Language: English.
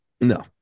No